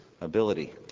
ability